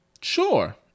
sure